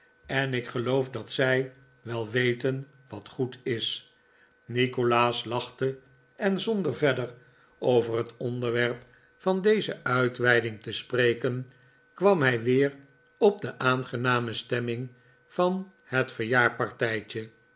en ik geloof dat z ij wel weten wat goed is nikolaas lachte en zonder verder over het onderwerp van deze uitweiding te spreken kwam hij weer op de aangename stemming van het